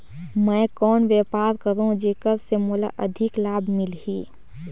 मैं कौन व्यापार करो जेकर से मोला अधिक लाभ मिलही?